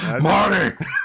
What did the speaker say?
Marty